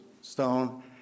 stone